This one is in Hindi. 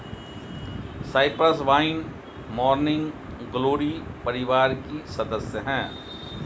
साइप्रस वाइन मॉर्निंग ग्लोरी परिवार की सदस्य हैं